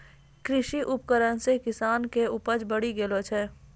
कृषि उपकरण से किसान के उपज बड़ी गेलो छै